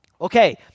Okay